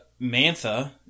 Mantha